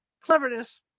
cleverness